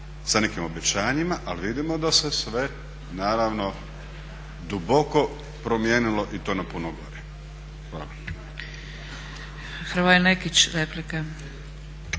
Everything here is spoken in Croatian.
sa nekim obećanjima ali vidimo da se sve naravno duboko promijenilo i to na puno gore. Hvala.